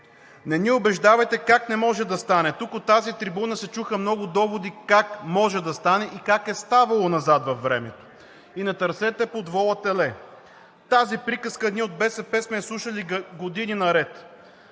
Не ни убеждавайте как не може да стане. Тук от тази трибуна се чуха много доводи как може да стане и как е ставало назад във времето. И не търсете под вола теле. Тази приказка ние от БСП сме я слушали години наред,